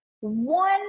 One